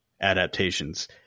adaptations